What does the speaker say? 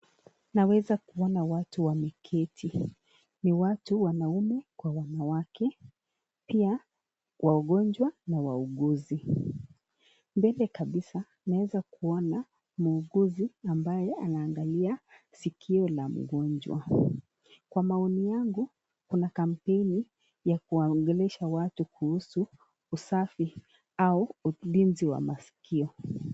Naweza Kuona watu wameketi . Ni watu Wanaume kwa wanawake. Pia wagojwa na wauguzi. Mbele kabisa naweza Kuona muuguzi ambaye anaangalia sikio la mgojwa . Kwa maoni yangu Kuna kampeni ya kuwaongelesha watu kuhusu usafi au ulinzi Wa masikio.